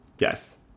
Yes